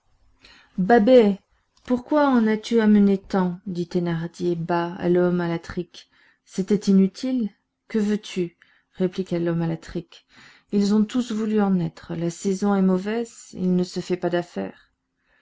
babet pourquoi en as-tu amené tant dit thénardier bas à l'homme à la trique c'était inutile que veux-tu répliqua l'homme à la trique ils ont tous voulu en être la saison est mauvaise il ne se fait pas d'affaires